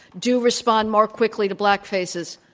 do respond more quickly to black faces.